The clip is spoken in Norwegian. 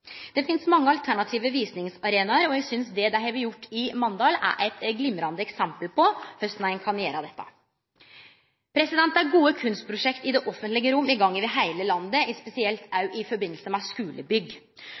Det finst mange alternative visningsarenaer, og eg synest det dei har gjort i Mandal, er eit glimrande eksempel på korleis ein kan gjere dette. Det er gode kunstprosjekt i det offentlege rom i gang over heile landet, spesielt òg i samband med skulebygg. Det er